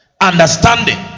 understanding